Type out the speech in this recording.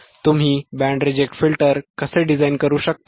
तुम्ही band reject filter कसे design करू शकता